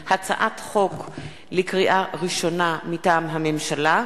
לקריאה ראשונה, מטעם הממשלה: